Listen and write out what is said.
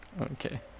Okay